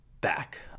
back